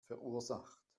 verursacht